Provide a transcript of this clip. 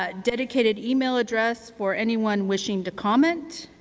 ah dedicated email address for anyone wishing to comment,